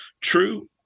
True